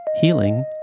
healing